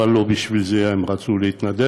אבל לא בשביל זה הם רצו להתנדב,